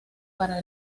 para